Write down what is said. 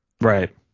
Right